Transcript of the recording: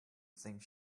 think